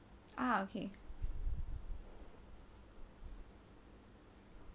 ah okay